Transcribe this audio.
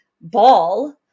ball